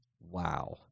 wow